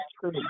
true